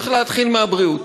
צריך להתחיל מהבריאות.